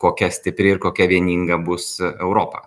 kokia stipri ir kokia vieninga bus europa